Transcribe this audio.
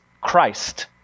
Christ